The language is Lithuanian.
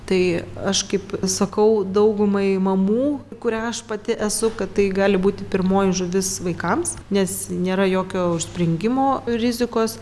tai aš kaip sakau daugumai mamų kuria aš pati esu kad tai gali būti pirmoji žuvis vaikams nes nėra jokio užspringimo rizikos